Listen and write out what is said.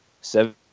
seven